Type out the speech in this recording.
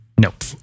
Nope